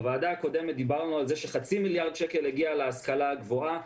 בוועדה הקודמת דיברנו על זה שחצי מיליארד שקלים הגיעו להשכלה הגבוהה,